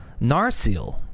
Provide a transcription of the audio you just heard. Narsil